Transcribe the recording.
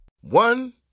One